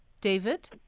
David